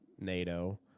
nato